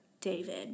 David